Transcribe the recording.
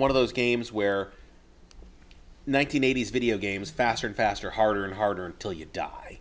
one of those games where one nine hundred eighty s video games faster and faster harder and harder until you die